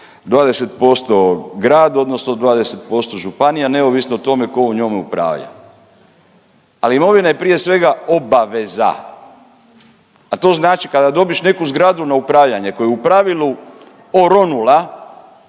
20% grad odnosno 20% županija neovisno o tome tko njome upravlja, ali imovina je prije svega obaveza, a to znači kada dobiš neku zgradu na upravljanje koja je u pravilu oronula